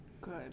Good